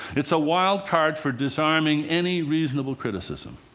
it's a wild card for disarming any reasonable criticism.